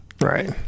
Right